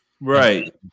right